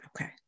Okay